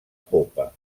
popa